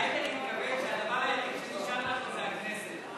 אייכלר התכוון שהדבר היחיד שנשאר לנו זה הכנסת.